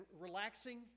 relaxing